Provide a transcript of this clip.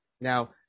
now